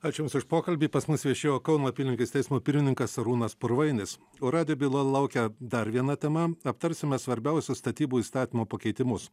ačiū jums už pokalbį pas mus viešėjo kauno apylinkės teismo pirmininkas arūnas purvainis o radijo byla laukia dar viena tema aptarsime svarbiausius statybų įstatymo pakeitimus